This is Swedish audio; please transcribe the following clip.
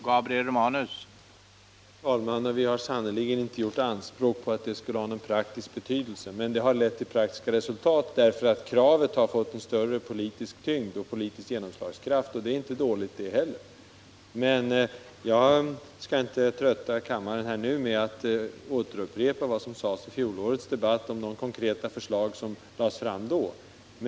Herr talman! Nej vi har sannerligen inte gjort anspråk på att det skall ha någon praktisk betydelse. Men det har lett till praktiska resultat därför att kravet har fått en större politisk tyngd och politisk genomslagskraft, och det är inte dåligt det heller. Men jag skall inte nu trötta kammarens ledamöter med att upprepa vad som sades i fjolårets debatt, eller med de konkreta förslag som då lades fram.